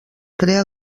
crea